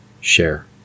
share